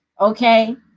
okay